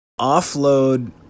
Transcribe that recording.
offload